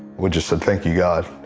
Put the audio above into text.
we just said thank you god.